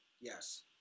Yes